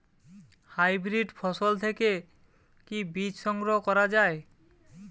Hybrid ফসল থেকে কি বীজ সংগ্রহ করা য়ায়?